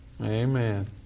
Amen